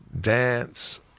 dance